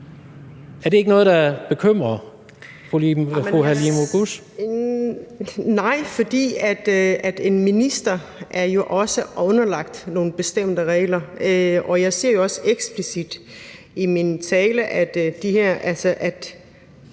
Halime Oguz (SF): Nej, for en minister er jo også underlagt nogle bestemte regler, og jeg siger også eksplicit i min tale, at det her